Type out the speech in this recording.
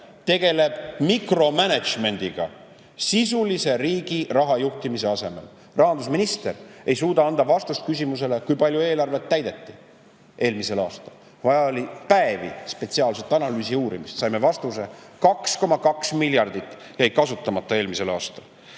Tegeleb mikromänedžmendiga riigi rahanduse sisulise juhtimise asemel. Rahandusminister ei suutnud anda vastust küsimusele, kui palju eelarvet eelmisel aastal täideti. Vaja oli päevi, spetsiaalset analüüsi ja uurimist. Saime vastuse: 2,2 miljardit jäi kasutamata eelmisel aastal.